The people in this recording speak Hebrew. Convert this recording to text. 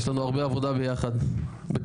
יש לנו הרבה עבודה ביחד בכרמיאל.